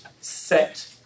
set